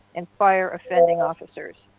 and fire offending officers.